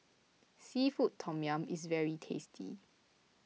Seafood Tom Yum is very tasty